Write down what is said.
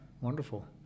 wonderful